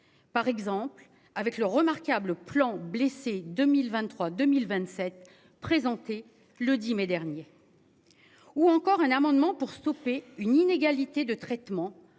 Par exemple avec le remarquable plan blessés 2023 2027 présentée le 10 mai dernier. Ou encore un amendement pour stopper une inégalité de traitement